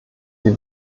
die